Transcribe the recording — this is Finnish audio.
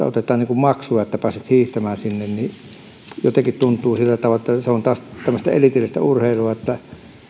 otetaan maksua että pääset hiihtämään sinne jotenkin tuntuu sillä tavalla että se on taas tämmöistä elitististä urheilua että